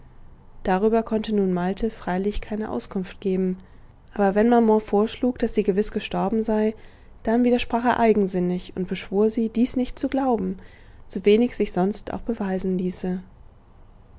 darüber konnte nun malte freilich keine auskunft geben aber wenn maman vorschlug daß sie gewiß gestorben sei dann widersprach er eigensinnig und beschwor sie dies nicht zu glauben so wenig sich sonst auch beweisen ließe